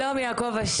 בשיחתי האחרונה עם בועז,